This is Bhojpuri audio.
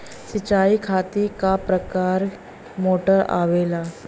सिचाई खातीर क प्रकार मोटर आवेला?